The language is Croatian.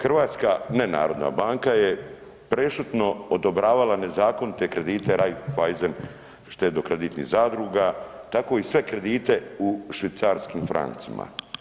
Hrvatska nenarodna banka je prešutno odobravala nezakonite kredite Raiffeisen štedno kreditnih zadruga, tako i sve kredite u švicarskim francima.